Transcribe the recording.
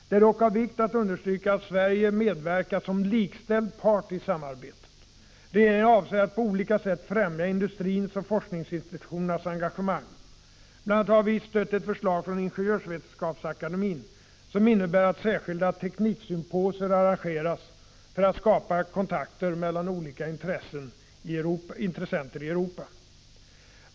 Det är dock av vikt att understryka att Sverige medverkar som likställd part i samarbetet. Regeringen avser att på olika sätt främja industrins och forskningsinstitutionernas engagemang. Bl.a. har vi stött ett förslag från Ingenjörsvetenskapsakademien, som innebär att särskilda tekniksymposier arrangeras för att skapa kontakter mellan olika intressenter i Europa.